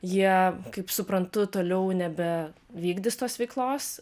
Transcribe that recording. jie kaip suprantu toliau nebe vykdytos veiklos